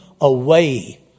away